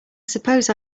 suppose